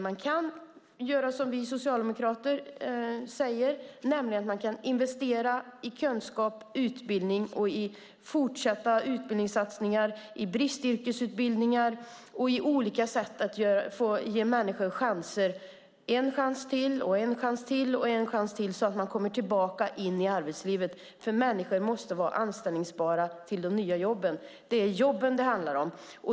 Man kan göra som vi socialdemokrater föreslår, nämligen investera i kunskap och utbildning och fortsätta satsningar på bristyrkesutbildningar och olika sätt att ge människor flera chanser så att de kommer tillbaka i arbetslivet. Människor måste vara anställningsbara för de nya jobben. Det är jobben det handlar om.